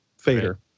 fader